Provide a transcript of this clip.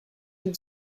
have